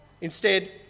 Instead